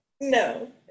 No